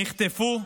נחטפו,